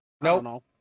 No